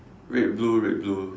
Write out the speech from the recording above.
red blue red blue